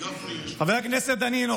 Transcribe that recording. חבר הכנסת דנינו,